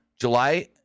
July